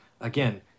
Again